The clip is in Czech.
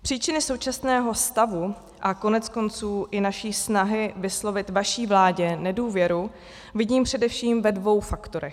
Příčiny současného stavu a koneckonců i naší snahy vyslovit vaší vládě nedůvěru vidím především ve dvou faktorech.